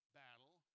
battle